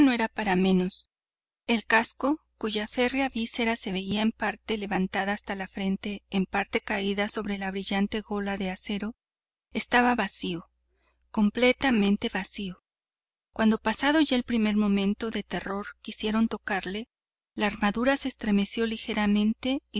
no era para menos el casco cuya férrea visera se veía en parte levantada hasta la frente en parte caída sobre la brillante gola de acero estaba vacío completamente vacío cuando pasaba ya el primer momento de terror quisieron tocarle la armadura se estremeció ligeramente